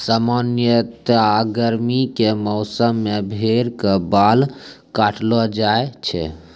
सामान्यतया गर्मी के मौसम मॅ भेड़ के बाल काटलो जाय छै